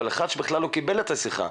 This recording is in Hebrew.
אבל אחד שכלל לא קיבל את השיחה,